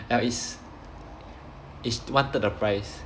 ya it's it's one third the price